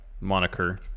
moniker